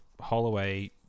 Holloway